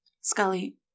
Scully